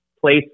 place